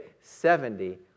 Seventy